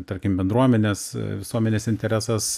tarkim bendruomenės visuomenės interesas